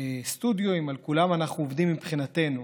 סטודיו, על כולם אנחנו עובדים, מבחינתנו.